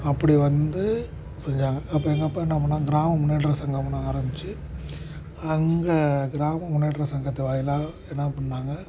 அப்படி வந்து செஞ்சாங்க அப்போ எங்கள் அப்பா என்ன பண்ணிணாரு கிராம முன்னேற்ற சங்கம்னு ஆரம்பித்து அங்கே கிராம முன்னேற்ற சங்கத்து வாயிலாக என்ன பண்ணிணாங்க